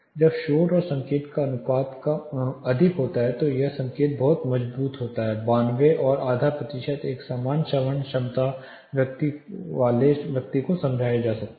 जब शोर और संकेत का अनुपात अधिक होता है तो वह संकेत बहुत मजबूत होता है 92 और आधा प्रतिशत एक सामान्य श्रवण क्षमता वाले व्यक्ति के लिए समझा जा सकता है